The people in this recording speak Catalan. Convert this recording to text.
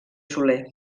soler